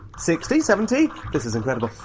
sixty, seventy this is incredible! sir,